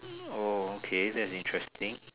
oh okay that's interesting